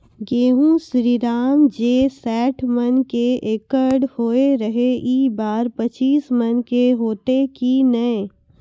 गेहूँ श्रीराम जे सैठ मन के एकरऽ होय रहे ई बार पचीस मन के होते कि नेय?